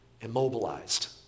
immobilized